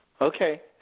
Okay